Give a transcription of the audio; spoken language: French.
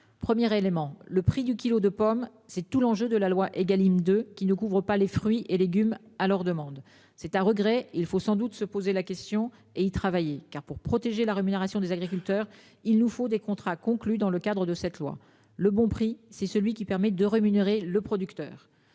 Première éléments le prix du kilo de pomme, c'est tout l'enjeu de la loi Egalim de qui ne couvre pas les fruits et légumes à leur demande, c'est un regret, il faut sans doute se poser la question et y travailler car pour protéger la rémunération des agriculteurs. Il nous faut des contrats conclus dans le cadre de cette loi le bon prix c'est celui qui permet de rémunérer le producteur